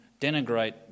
denigrate